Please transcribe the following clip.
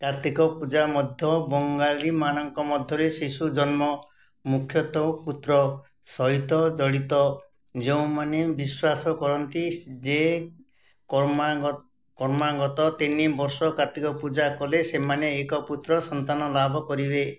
କାର୍ତ୍ତିକ ପୂଜା ମଧ୍ୟ ବଙ୍ଗାଳୀମାନଙ୍କ ମଧ୍ୟରେ ଶିଶୁ ଜନ୍ମ ମୁଖ୍ୟତଃ ପୁତ୍ର ସହିତ ଜଡ଼ିତ ଯେଉଁମାନେ ବିଶ୍ୱାସ କରନ୍ତି ଯେ କ୍ରମାଗତ କ୍ରମାଗତ ତିନି ବର୍ଷ କାର୍ତ୍ତିକ ପୂଜା କଲେ ସେମାନେ ଏକ ପୁତ୍ର ସନ୍ତାନ ଲାଭ କରିବେ